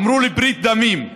אמרו לי "ברית דמים",